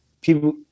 people